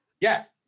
Yes